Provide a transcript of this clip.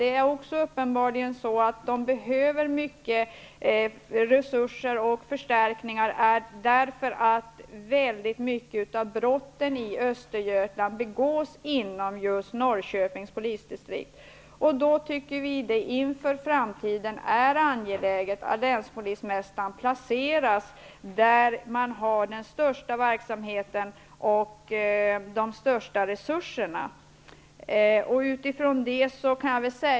Distriktet behöver uppenbarligen resursförstärkningar, därför att en stor del av brotten i Östergötland begås inom Norrköpings polisdistrikt. Vi tycker att det inför framtiden är angeläget att länspolismästaren placeras där den största verksamheten och de största resurserna finns.